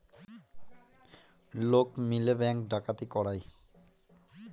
লোক মিলে ব্যাঙ্ক ডাকাতি করায়